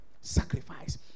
sacrifice